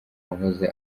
wahoze